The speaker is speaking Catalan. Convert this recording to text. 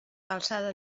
calçada